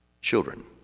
children